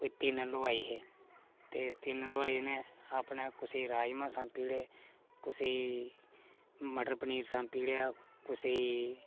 कोई तीन हलवाई हे ते तीन हलवाई नै कुसै गी राजमां सौंपी ओड़े ते कुसै गी मटर पनीर सौंपी ओड़े ते कुसै गी